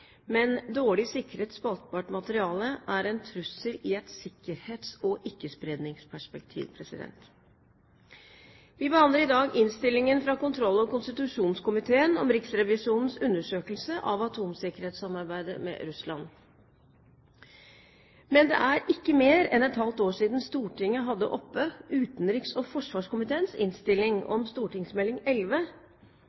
men dårlig sikret spaltbart materiale er en trussel i et sikkerhets- og ikkespredningsperspektiv. Vi behandler i dag innstillingen fra kontroll- og konstitusjonskomiteen om Riksrevisjonens undersøkelse av atomsikkerhetssamarbeidet med Russland. Men det er ikke mer enn et halvt år siden Stortinget hadde oppe utenriks- og forsvarskomiteens innstilling